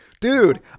dude